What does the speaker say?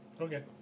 Okay